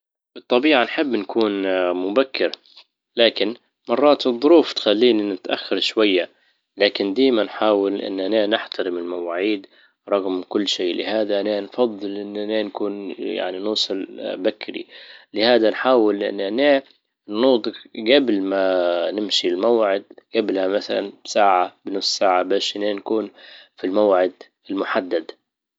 الطبيعة نحب نكون مبكر لكن مرات الظروف تخلينا نتأخر شوية لكن ديما نحاول اننا نحترم المواعيد رغم كل شيء لهذا لا نفضل اننا نكون يعني نوصل بكري لهذا نحاول اننا نوضج جبل نمشي لموعد جبلها مثلا ساعة بنص ساعة باش نكون في الموعد المحدد